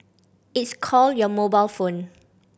it's called your mobile phone